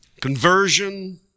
conversion